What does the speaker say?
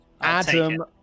Adam